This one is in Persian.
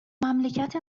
مملکت